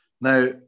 Now